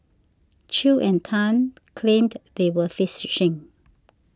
Chew and Tan claimed they were